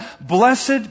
Blessed